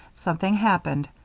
something happened,